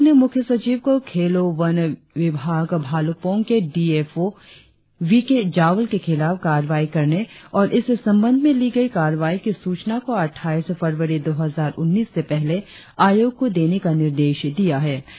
आयोग ने मुख्य सचिव को खेलों वन विभाग भालुकपोंग के D F O V K Jawal के खिलाफ कार्रवाई करने और इस संबंध में ली गई कार्रवाई की सूचना को अट्ठाईस फरवरी दो हजार उन्नीस से पहले आयोग को देने का निर्देश दिया है